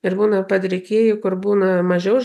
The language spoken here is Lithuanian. ir būna padrikieji kur būna mažiau